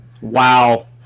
Wow